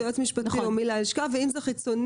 זה יועץ משפטי ואם זה עורך דין חיצוני,